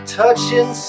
touching